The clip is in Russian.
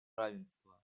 равенства